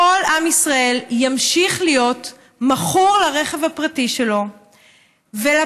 כל עם ישראל ימשיך להיות מכור לרכב הפרטי שלו ולפקקים.